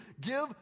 give